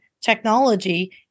technology